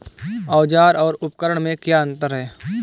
औज़ार और उपकरण में क्या अंतर है?